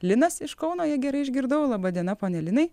linas iš kauno jei gerai išgirdau laba diena pone linai